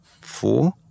four